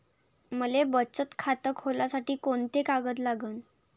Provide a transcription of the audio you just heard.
मले बचत खातं खोलासाठी कोंते कागद लागन?